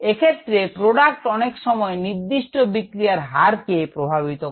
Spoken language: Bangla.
এ ক্ষেত্রে প্রোডাক্ট অনেক সময় নির্দিষ্ট বিক্রিয়ার হার কে প্রভাবিত করে